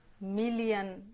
million